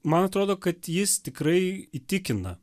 man atrodo kad jis tikrai įtikina